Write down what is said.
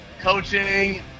coaching